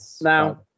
Now